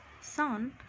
son